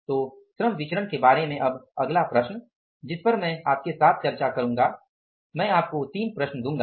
तो श्रम विचरण के बारे में अब अगला प्रश्न जिस पर मैं आपके साथ चर्चा करूंगा मैं आपको तीन प्रश्न दूंगा